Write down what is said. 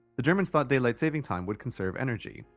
the germans thought daylight saving time would conserve energy.